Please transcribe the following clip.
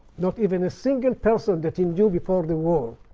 not even a single person that he knew before the war,